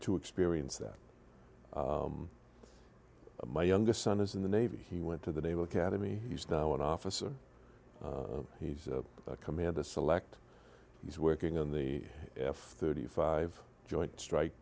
to experience that my youngest son is in the navy he went to the naval academy he's now an officer he's come in to select he's working on the f thirty five joint strike